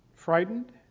Frightened